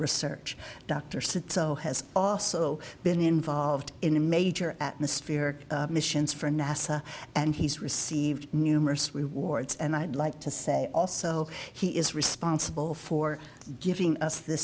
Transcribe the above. research dr said so has also been involved in a major atmosphere missions for nasa and he's received numerous rewards and i'd like to say also he is responsible for giving us the